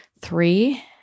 three